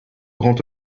grand